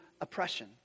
oppression